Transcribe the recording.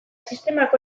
sistemak